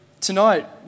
tonight